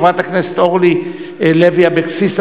חברת הכנסת אורלי לוי אבקסיס,